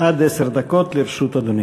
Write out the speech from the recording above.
עד עשר דקות לרשות אדוני.